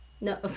No